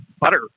butter